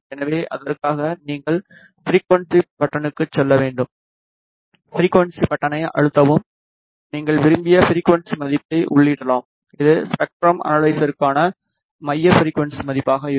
எனவே அதற்காக நீங்கள் ஃபிரிக்குவன்ஸி பட்டனுக்குச் செல்ல வேண்டும் ஃபிரிக்குவன்ஸி பட்டனை அழுத்தவும் நீங்கள் விரும்பிய ஃபிரிக்குவன்ஸி மதிப்பை உள்ளிடலாம் இது ஸ்பெக்ட்ரம் அனலைசருக்கான மைய ஃபிரிக்குவன்ஸி மதிப்பாக இருக்கும்